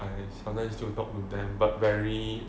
I sometimes still talk to them but very